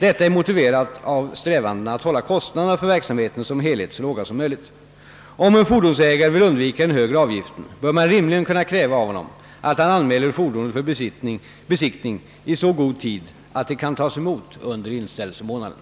Detta är motiverat av strävandena att hålla kostnaderna för verksamheten som helhet så låga som möjligt. Om en fordonsägare vill undvika den högre avgiften, bör man rimligen kunna kräva av honom att han anmäler fordonet för besiktning i så god tid att det kan tas emot under inställelsemånaden.